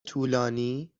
طولانی